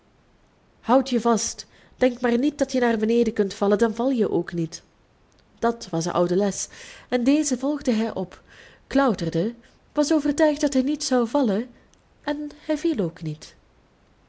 houd je vast denk maar niet dat je naar beneden kunt vallen dan val je ook niet dat was de oude les en deze volgde hij op klauterde was overtuigd dat hij niet zou vallen en hij viel ook niet